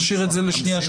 נשאיר את זה לשנייה-שלישית,